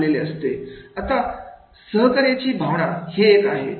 आता सहकार्याची भावना हे एक आहे